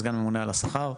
10 מיליארד שקלים בעשור.